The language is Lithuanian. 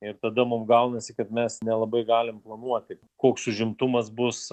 ir tada mum gaunasi kad mes nelabai galim planuoti koks užimtumas bus